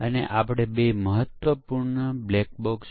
ગયા સત્રમાં આપણે પેસ્ટિસાઇડ ઇફેક્ટની ચર્ચા કરવાનું શરૂ કર્યું